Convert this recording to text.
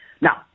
Now